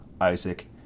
Isaac